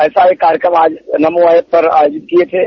ऐसा ही कार्यक्रम आज नमो एप पर आयोजित किये